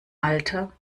alter